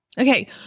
Okay